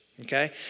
okay